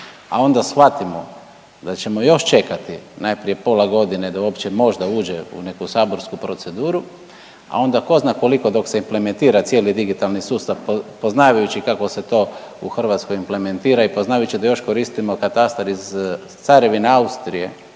a onda shvatimo da ćemo još čekati najprije pola godine da uopće možda uđe u neku saborsku proceduru, a onda tko zna koliko dok se implementira cijeli digitalni sustav, poznavajući kako se to u Hrvatskoj implementira i poznavajući da još koristimo katastar iz carevine Austrije,